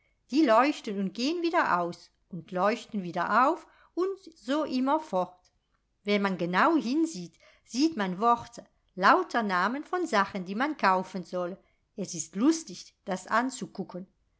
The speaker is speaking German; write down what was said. die leuchten und gehn wieder aus und leuchten wieder auf und so immer fort wenn man genau hinsieht sieht man worte lauter namen von sachen die man kaufen soll es ist lustig das